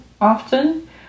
often